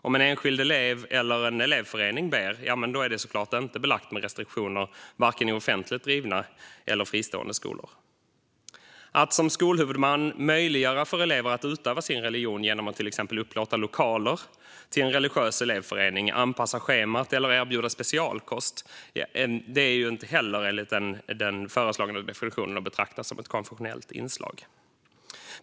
Om en enskild elev eller en elevförening ber är det såklart inte belagt med restriktioner vare sig i offentligt driva skolor eller i fristående skolor. Att som skolhuvudman möjliggöra för elever att utöva sin religion genom att till exempel upplåta lokaler till en religiös elevförening, anpassa schemat eller erbjuda specialkost är inte heller enligt den föreslagna definitionen att betrakta som konfessionella inslag.